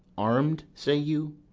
arm'd, say you?